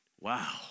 Wow